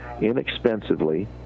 inexpensively